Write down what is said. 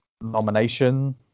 nomination